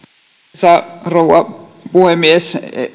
arvoisa rouva puhemies